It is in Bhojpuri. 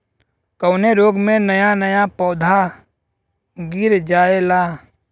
कवने रोग में नया नया पौधा गिर जयेला?